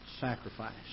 sacrifice